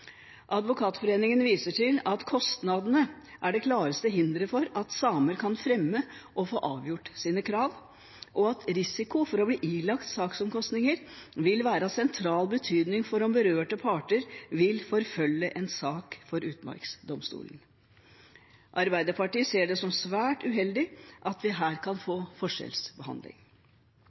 Advokatforeningen viser til at kostnadene er det klareste hinderet for at samer kan fremme og få avgjort sine krav, og at risiko for å bli ilagt saksomkostninger vil være av sentral betydning for om berørte parter vil forfølge en sak for Utmarksdomstolen. Arbeiderpartiet ser det som svært uheldig at vi her kan få forskjellsbehandling.